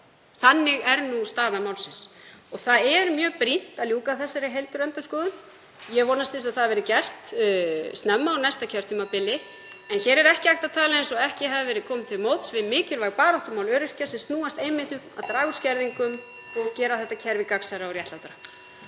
Þannig er nú staða málsins. Það er mjög brýnt að ljúka þessari heildarendurskoðun. Ég vonast til þess að það verði gert snemma á næsta kjörtímabili. En hér er ekki hægt að tala eins og ekki hafi verið komið til móts við mikilvæg baráttumál öryrkja sem snúast einmitt um að draga úr skerðingum og gera þetta kerfi gagnsærra og réttlátara.